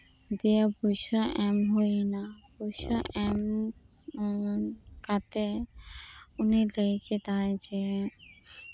ᱡᱮ ᱯᱚᱭᱥᱟ ᱮᱢ ᱦᱩᱭ ᱱᱟ ᱯᱚᱭᱥᱟ ᱮᱢ ᱠᱟᱛᱮᱜ ᱩᱱᱤ ᱞᱟᱹᱭ ᱠᱮᱫᱟᱭ ᱡᱮ